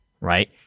right